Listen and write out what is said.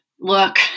look